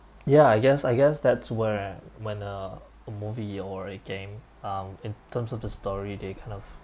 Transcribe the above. ya I guess I guess that's where when a movie or a game um in terms of the story they kind of